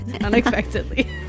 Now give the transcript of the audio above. unexpectedly